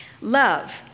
love